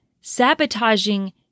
sabotaging